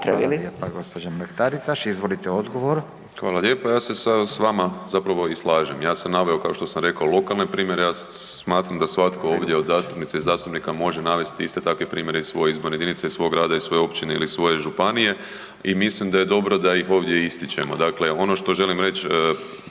Hvala lijepa gospođo Mrak Taritaš. Izvolite odgovor. **Habijan, Damir (HDZ)** Hvala lijepa. Ja se s vama zapravo i slažem, ja sam naveo kao što sam rekao lokalne primjere, ja smatram da svatko ovdje od zastupnica i zastupnika može navesti iste takve primjere iz svoje izborne jedinice, iz svoj grada, iz svoje općine ili svoje županije i mislim da je dobro da ih ovdje ističemo. Dakle, ono što želim reći